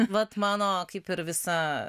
vat mano kaip ir visa